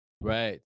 Right